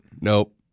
Nope